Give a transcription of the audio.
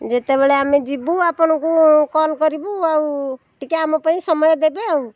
ଯେତେବେଳେ ଆମେ ଯିବୁ ଆପଣଙ୍କୁ କଲ୍ କରିବୁ ଆଉ ଟିକିଏ ଆମ ପାଇଁ ସମୟ ଦେବେ ଆଉ